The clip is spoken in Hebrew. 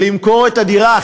למכור את הדירה,